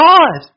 God